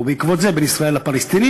ובעקבות זה בין ישראל לפלסטינים.